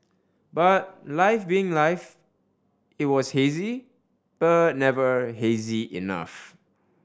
but life being life it was hazy but never hazy enough